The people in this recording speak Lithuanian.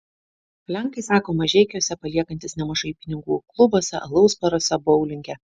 lenkai sako mažeikiuose paliekantys nemažai pinigų klubuose alaus baruose boulinge